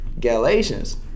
Galatians